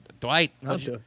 Dwight